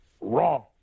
wrong